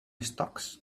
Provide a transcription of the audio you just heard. stocks